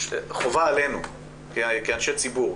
שחובה עלינו כאנשי ציבור,